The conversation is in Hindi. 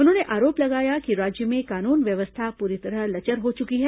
उन्होंने आरोप लगाया कि राज्य में कानून व्यवस्था पूरी तरह लचर हो चुकी है